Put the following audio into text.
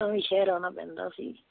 ਤਾਂ ਵੀ ਸ਼ਹਿਰ ਆਉਣਾ ਪੈਂਦਾ ਸੀ